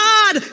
God